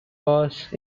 wars